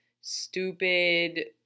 stupid